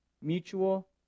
Mutual